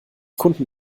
kunden